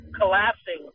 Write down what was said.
collapsing